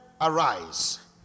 arise